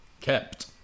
kept